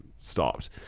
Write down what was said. stopped